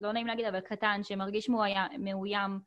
לא נעים להגיד אבל, קטן, שמרגיש מאוים.